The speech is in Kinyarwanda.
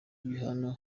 bihano